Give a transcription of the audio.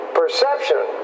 perception